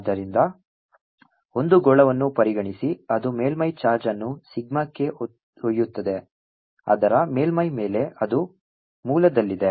ಆದ್ದರಿಂದ ಒಂದು ಗೋಳವನ್ನು ಪರಿಗಣಿಸಿ ಅದು ಮೇಲ್ಮೈ ಚಾರ್ಜ್ ಅನ್ನು ಸಿಗ್ಮಾಕ್ಕೆ ಒಯ್ಯುತ್ತದೆ ಅದರ ಮೇಲ್ಮೈ ಮೇಲೆ ಅದು ಮೂಲದಲ್ಲಿದೆ